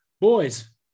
Boys